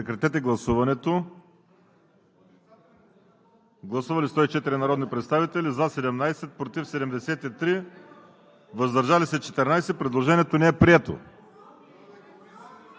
2 да отпадне. Гласували 104 народни представители: за 17, против 73, въздържали се 14. Предложението не е прието.